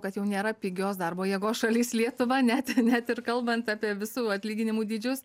kad jau nėra pigios darbo jėgos šalis lietuva net net ir kalbant apie visų atlyginimų dydžius